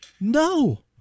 No